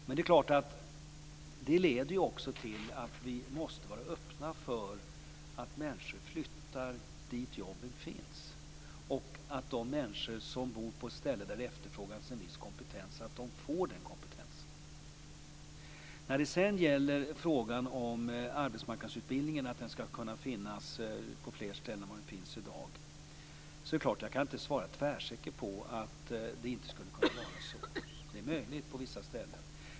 Men det är klart att det också leder till att vi måste vara öppna för att människor flyttar dit jobben finns och att de människor som bor på ett ställe där en viss kompetens efterfrågas får denna kompetens. När det sedan gäller frågan om arbetsmarknadsutbildningen skulle kunna finnas på fler ställen än den gör i dag kan jag naturligtvis inte svara tvärsäkert att det inte skulle kunna vara så. Det kanske skulle vara möjligt på vissa ställen.